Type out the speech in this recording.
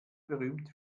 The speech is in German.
berühmt